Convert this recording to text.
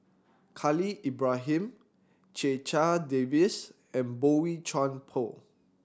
Khalil Ibrahim Checha Davies and Boey Chuan Poh